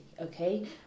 Okay